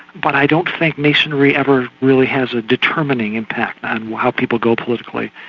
but i don't think masonry ever really has a determining impact on how people go politically.